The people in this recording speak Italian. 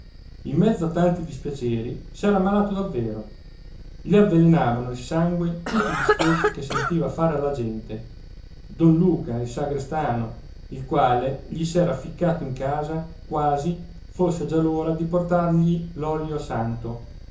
in mezzo a tanti dispiaceri s'era ammalato davvero gli avvelenavano il sangue tutti i discorsi che sentiva fare alla gente don luca il sagrestano il quale gli s'era ficcato in casa quasi fosse già l'ora di portargli l'olio santo